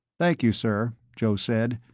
thank you, sir, joe said,